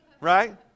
Right